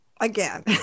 Again